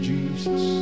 Jesus